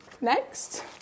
Next